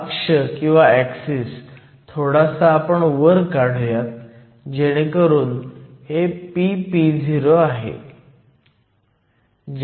हा अक्ष थोडासा वर काढुयात जेणेकरून हे ppo आहे